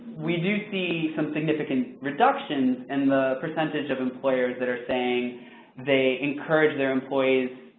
we do see some significant reduction in the percentage of employers that are saying they encourage their employees,